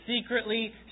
secretly